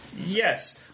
Yes